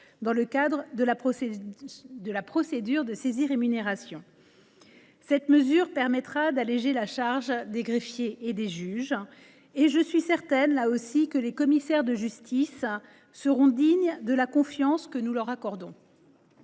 dans le cadre de la procédure de saisie des rémunérations. Cette mesure permettra d’alléger la charge des greffiers et des juges ; je suis certaine, là encore, que les commissaires de justice seront dignes de la confiance que nous leur accordons.